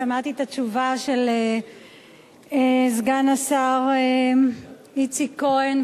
שמעתי את התשובה של סגן השר איציק כהן,